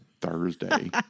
Thursday